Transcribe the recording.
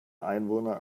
einwohner